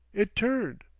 it turned.